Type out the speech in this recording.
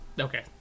Okay